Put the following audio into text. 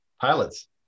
pilots